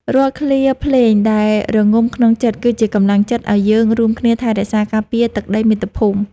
រាល់ឃ្លាភ្លេងដែលរងំក្នុងចិត្ត គឺជាកម្លាំងចិត្តឱ្យយើងរួមគ្នាថែរក្សាការពារទឹកដីមាតុភូមិ។